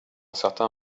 certain